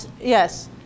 Yes